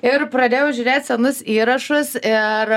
ir pradėjau žiūrėt senus įrašus ir